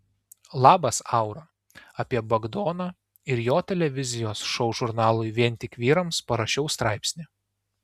labas aura apie bagdoną ir jo televizijos šou žurnalui vien tik vyrams parašiau straipsnį